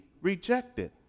rejected